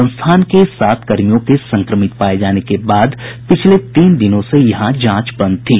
संस्थान के सात कर्मियों के संक्रमित पाये जाने के बाद पिछले तीन दिनों से यहां जांच बंद थी